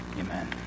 Amen